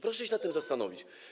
Proszę się nad tym zastanowić.